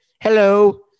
Hello